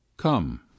Come